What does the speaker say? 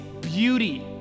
beauty